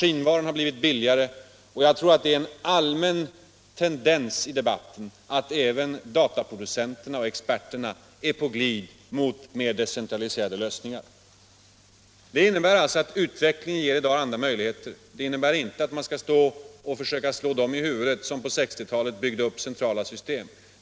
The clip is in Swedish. Tekniken har blivit billigare, och det är en allmän tendens i debatten att även dataproducenterna och experterna är på glid mot mer decentraliserade lösningar. Detta innebär att utvecklingen i dag ger oss helt andra möjligheter, det betyder inte att man skall försöka slå dem i huvudet som på 1960-talet byggde upp centrala system.